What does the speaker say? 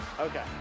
okay